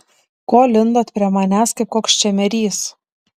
ko lindot prie manęs kaip koks čemerys